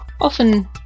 often